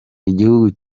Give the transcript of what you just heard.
igihugu